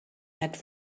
had